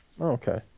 okay